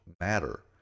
matter